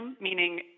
meaning